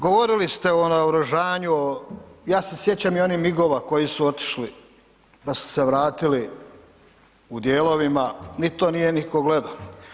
Govorili ste o naoružanju, ja se sjećam i onih migova koji su otišli, pa su se vratili u dijelovima, ni to nitko nije gleda.